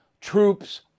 troops